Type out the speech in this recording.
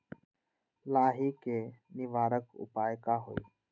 लाही के निवारक उपाय का होई?